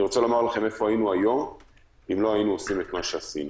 אני רוצה לומר לכם איפה היינו היום אם לא היינו עושים את מה שעשינו,